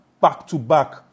back-to-back